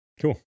Cool